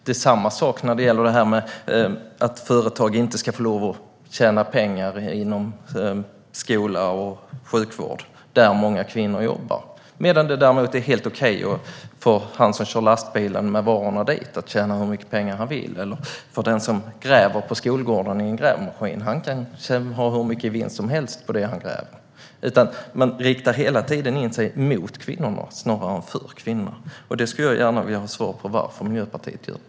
Det är samma sak när det gäller att företag inom skola och sjukvård, där många kvinnor jobbar, inte ska få lov att tjäna pengar. Däremot är det helt okej för den man som kör lastbilen med varorna dit att tjäna hur mycket pengar han vill, och den som gräver med grävmaskin på skolgården kan ha hur mycket vinst som helst på det han gräver. Man riktar hela tiden in sig mot kvinnorna snarare än för kvinnorna. Jag skulle gärna vilja ha ett svar på varför Miljöpartiet gör det.